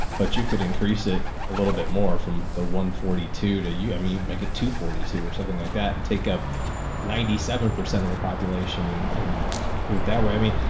but you could increase it a little bit more from the one forty two to you. i mean, make it to forty two or something like that and take up ninety seven percent of the population and and do it that way. i mean,